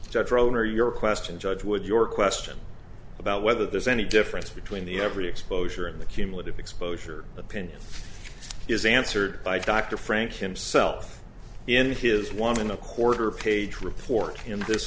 drone or your question judge with your question about whether there's any difference between the every exposure and the cumulative exposure opinion is answered by dr frank himself in his one and a quarter page report in this